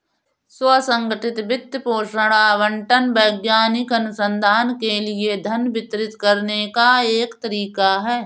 स्व संगठित वित्त पोषण आवंटन वैज्ञानिक अनुसंधान के लिए धन वितरित करने का एक तरीका हैं